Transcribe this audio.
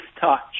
touch